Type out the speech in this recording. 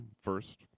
first